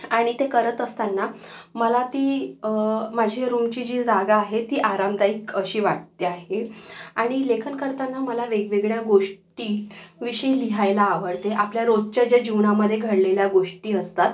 आणि ते करत असताना मला ती माझी रूमची जी जागा आहे ती आरामदायक अशी वाटते आहे आणि लेखन करताना मला वेगवेगळ्या गोष्टी विषयी लिहायला आवडते आपल्या रोजच्या ज्या जीवनामध्ये घडलेल्या गोष्टी असतात